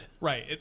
Right